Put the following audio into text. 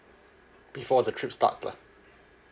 before the trip starts lah